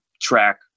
track